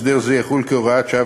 הסדר זה יחול כהוראת שעה,